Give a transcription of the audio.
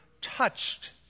touched